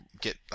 get